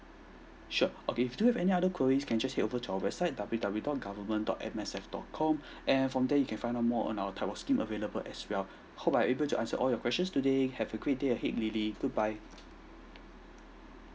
sure okay if you do have any other queries you can just head over to our website W_W dot government dot M S F dot com and from there you can find out more on our type of scheme available as well hope I able to answer all your questions today have a great day ahead lili goodbye